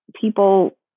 people